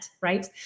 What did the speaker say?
right